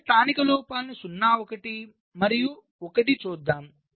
మొదట స్థానిక లోపాలను 0 1 మరియు 1 చూద్దాం